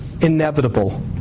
inevitable